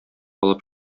алып